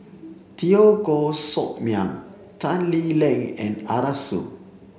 Teo Koh Sock Miang Tan Lee Leng and Arasu